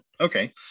Okay